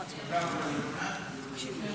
ההצעה להעביר את הצעת חוק סדר הדין הפלילי (סמכויות אכיפה,